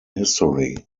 history